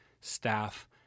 staff